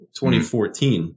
2014